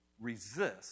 resist